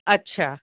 अच्छा